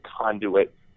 conduit